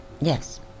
Yes